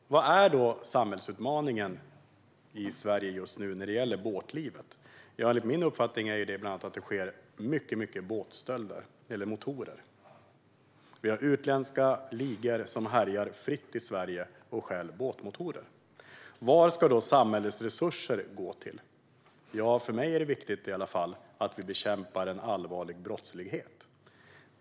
Vad är då samhällsutmaningen i Sverige just nu när det gäller båtlivet? Enligt min uppfattning är den att det sker mycket stölder av båtar och motorer. Utländska ligor härjar fritt i Sverige och stjäl båtmotorer. Vad ska då samhällets resurser gå till? För mig är det viktigt att vi bekämpar en allvarlig brottslighet.